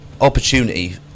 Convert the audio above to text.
opportunity